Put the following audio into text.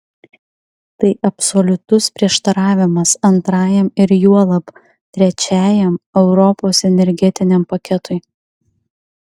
tai absoliutus prieštaravimas antrajam ir juolab trečiajam europos energetiniam paketui